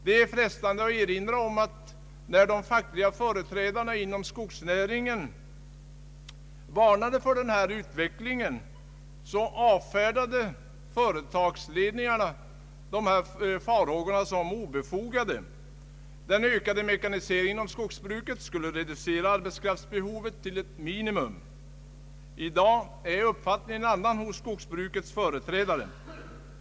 Det är frestande att erinra om att när de fackliga företrädarna inom skogsnäringen varnade för denna utveckling, avfärdade företagsledningarna dessa farhågor som obefogade. Den ökade mekaniseringen inom skogsbruket skulle reducera arbetskraftsbehovet till ett minimum. I dag är uppfattningen en annan hos skogsbrukets företrädare.